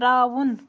ترٛاوُن